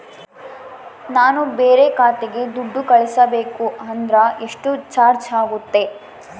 ನಾನು ಬೇರೆ ಖಾತೆಗೆ ದುಡ್ಡು ಕಳಿಸಬೇಕು ಅಂದ್ರ ಎಷ್ಟು ಚಾರ್ಜ್ ಆಗುತ್ತೆ?